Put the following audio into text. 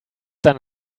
done